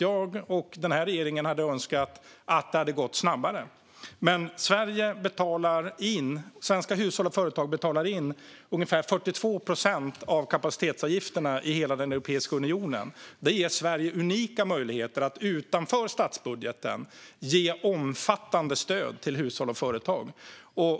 Jag och regeringen hade önskat att det hade gått snabbare. Men svenska hushåll och företag betalar in ungefär 42 procent av kapacitetsavgifterna i hela Europeiska unionen. Det ger Sverige unika möjligheter att utanför statsbudgeten ge omfattande stöd till hushåll och företag.